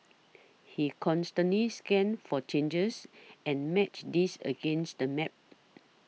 he constantly scanned for changes and matched these against the map